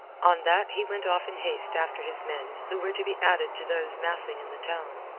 on that he went off in haste after his men, who were to be added to those massing in the town,